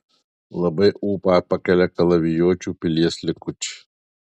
labai ūpą pakelia kalavijuočių pilies likučiai